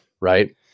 Right